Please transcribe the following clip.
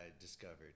discovered